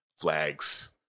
flags